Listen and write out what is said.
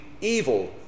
evil